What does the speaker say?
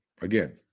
again